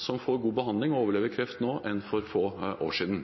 som får god behandling for og overlever kreft nå enn for få år siden.